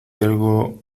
algo